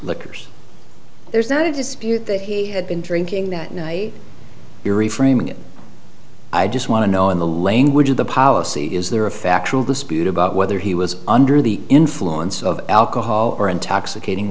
liquors there's no dispute that he had been drinking that night you're reframing it i just want to know in the language of the policy is there a factual dispute about whether he was under the influence of alcohol or intoxicating